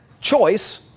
choice